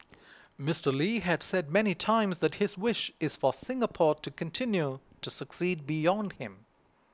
Mister Lee had said many times that his wish is for Singapore to continue to succeed beyond him